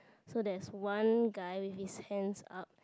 so there's one guy with his hands up